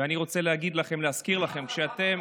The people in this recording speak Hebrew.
ואני רוצה להגיד לכם, להזכיר לכם, שאתם,